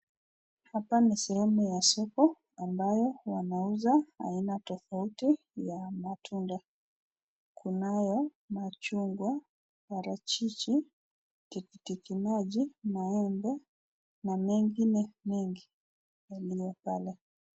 Hapa ni sehemu ya soko ambayo wanauza aina tofauti ya matunda. Kunayo: machungwa, parachichi, tikitimaji, maembe na mengine mengi yaliyo pale.